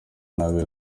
nabi